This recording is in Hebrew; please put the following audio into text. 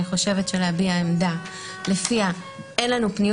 אני חושבת שלהביע עמדה לפיה אין לנו פניות